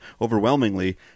overwhelmingly